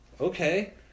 Okay